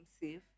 safe